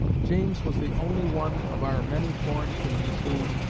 james was the only one of our many foreign kings who,